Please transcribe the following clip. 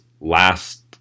last